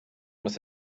must